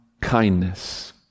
kindness